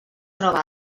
troba